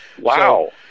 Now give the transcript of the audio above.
Wow